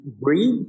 breathe